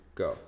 go